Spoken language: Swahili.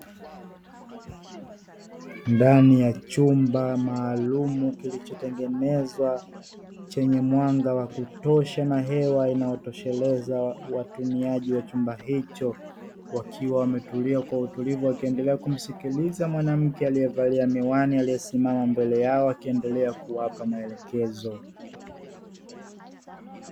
Ndani ya chumba maalum kilichotengenezwa chenye mwanga wa kutosha na hewa inayotosheleza watumiaji wa chumba hicho, wakiwa wametulia kwa utulivu wakiendelea kumsikiliza mwanamke aliyevalia miwani aliyesimama mbele yao akiendelea kuwapa maelekezo.